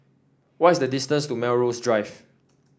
what is the distance to Melrose Drive